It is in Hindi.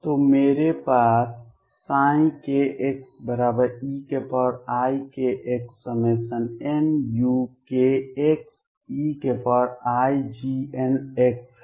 तो मेरे पास kxeikxnukxeiGnx है